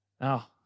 Now